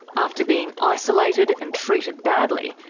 after being isolated and treated badly,